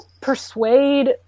persuade